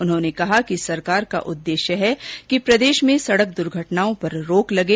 उन्होंने कहा कि सरकार का उद्देश्य है कि प्रदेश में सड़क दुर्घटनाओं पर रोक लगे